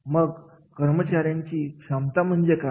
मग कर्मचाऱ्यांची क्षमता म्हणजे काय